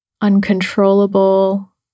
uncontrollable